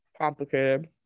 Complicated